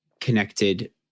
connected